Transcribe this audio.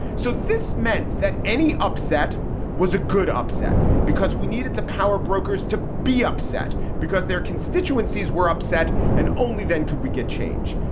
so this meant that any upset was a good upset because we needed the power brokers to be upset because their constituencies were upset. and only then could we get change.